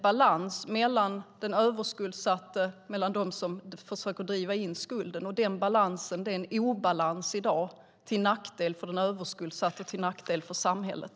Balansen mellan den överskuldsatte och dem som försöker driva in skulden är i dag en obalans till nackdel för den överskuldsatte och till nackdel för samhället.